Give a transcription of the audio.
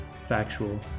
factual